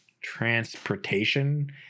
transportation